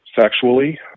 sexually